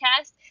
podcast